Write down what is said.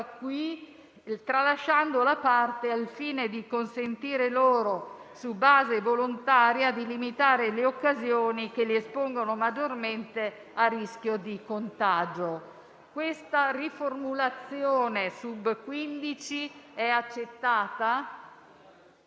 qui, tralasciando la parte «al fine di consentire loro, su base volontaria, di limitare le occasioni che li espongono maggiormente a rischio di contagio». Tale proposta di riformulazione risulta accettata